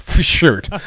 shirt